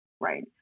right